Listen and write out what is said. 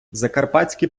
закарпатські